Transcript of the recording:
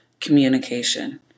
communication